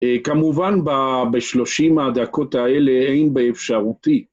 כמובן בשלושים הדקות האלה אין באפשרותי